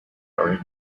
are